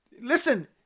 Listen